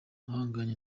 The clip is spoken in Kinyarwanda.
ahanganye